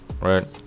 Right